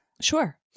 Sure